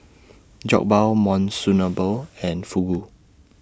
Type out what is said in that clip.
Jokbal Monsunabe and Fugu